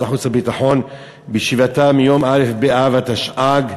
החוץ והביטחון בישיבתה ביום א' באב התשע"ג,